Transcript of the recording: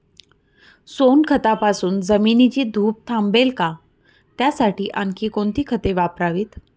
सोनखतापासून जमिनीची धूप थांबेल का? त्यासाठी आणखी कोणती खते वापरावीत?